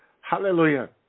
hallelujah